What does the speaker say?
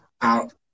out